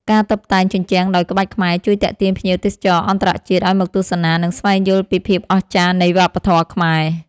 ការតុបតែងជញ្ជាំងដោយក្បាច់ខ្មែរជួយទាក់ទាញភ្ញៀវទេសចរអន្តរជាតិឱ្យមកទស្សនា និងស្វែងយល់ពីភាពអស្ចារ្យនៃវប្បធម៌ខ្មែរ។